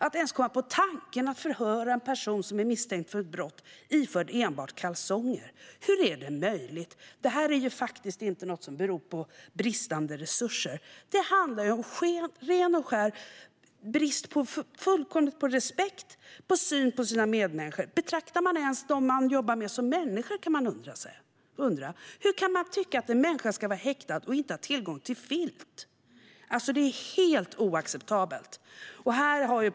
Att ens komma på tanken att låta en person som är misstänkt för ett brott förhöras iförd enbart kalsonger - hur är det möjligt? Detta beror inte på bristande resurser, utan det handlar om ren och skär brist på respekt i synen på sina medmänniskor. Betraktar man ens dem man jobbar med som människor, kan man undra. Hur kan man tycka att en människa ska vara häktad och inte ha tillgång till en filt? Detta är helt oacceptabelt.